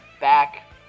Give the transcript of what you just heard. back